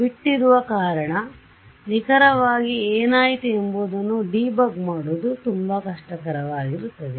ಬಿಟ್ಟಿರುವ ಕಾರಣ ನಿಖರವಾಗಿ ಏನಾಯಿತು ಎಂಬುದನ್ನು ಡೀಬಗ್ ಮಾಡುವುದು ತುಂಬಾ ಕಷ್ಟಕರವಾಗಿರುತ್ತದೆ